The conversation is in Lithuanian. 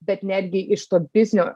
bet netgi iš to biznio